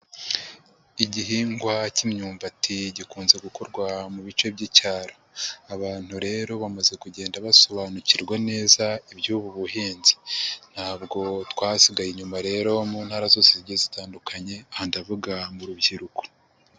Igihingwa cy'imyumbati gikunze gukorwa mu bice by'icyaro, abantu rero bamaze kugenda basobanukirwa neza iby'ubu buhinzi, ntabwo twasigaye inyuma rero mu ntara zose zigiye zitandukanye, aha ndavuga mu rubyiruko.